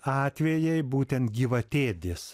atvejai būtent gyvatėdis